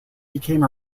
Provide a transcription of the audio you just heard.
became